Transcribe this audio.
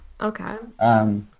Okay